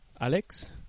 Alex